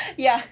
ya